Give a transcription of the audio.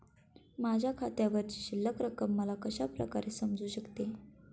माझ्या खात्यावरची शिल्लक रक्कम मला कशा प्रकारे समजू शकते?